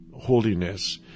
holiness